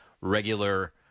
regular